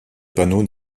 panneau